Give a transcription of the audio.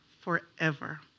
forever